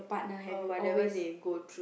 or whatever they go through